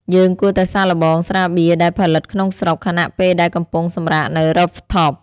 យើងគួរតែសាកល្បងស្រាបៀរដែលផលិតក្នុងស្រុក ខណៈពេលដែលកំពុងសម្រាកនៅ Rooftop។